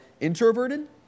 introverted